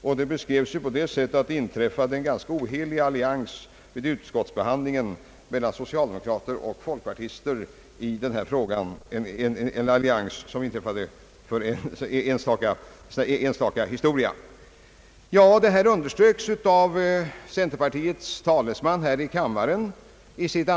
Saken beskrevs på det sättet att det slöts en ganska ohelig allians vid utskottsbehandlingen mellan socialdemokrater och folkpartister, en enstaka företeelse som gällde just den här frågan. Centerpartiets talesman här i kammaren herr Nils Th.